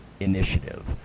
initiative